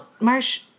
Marsh